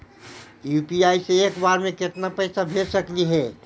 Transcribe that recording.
UPI से एक बार मे केतना पैसा भेज सकली हे?